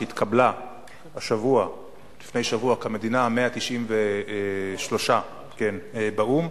שהתקבלה לפני שבוע כמדינה ה-193 באו"ם,